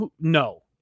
No